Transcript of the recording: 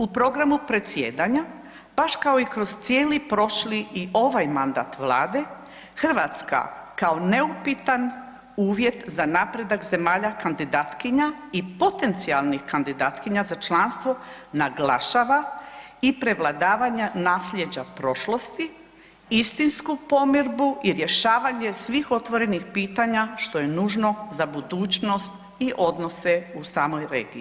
U programu predsjedanja, baš kao i kroz cijeli prošli i ovaj mandat Vlade Hrvatska kao neupitan uvjet za napredak zemalja kandidatkinja i potencijalnih kandidatkinja za članstvo naglašava i prevladavanja naslijeđa prošlosti, istinsku pomirbu i rješavanje svih otvorenih pitanja što je nužno za budućnost i odnose u samoj regiji.